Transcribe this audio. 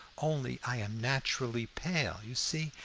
only i am naturally pale, you see,